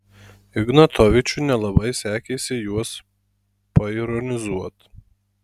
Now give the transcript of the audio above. ignatovičiui nelabai sekėsi juos paironizuot